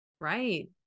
Right